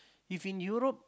if in Europe